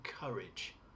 courage